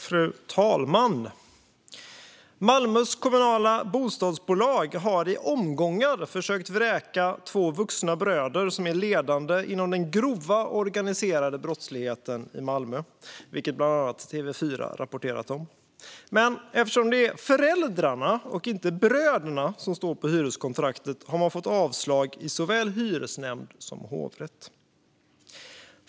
Fru talman! Malmös kommunala bostadsbolag har i omgångar försökt vräka två vuxna bröder som är ledande inom den grova organiserade brottsligheten i Malmö, vilket bland annat TV4 rapporterat om. Men eftersom det är föräldrarna och inte bröderna som står på hyreskontraktet har man fått avslag i såväl hyresnämnd som hovrätt.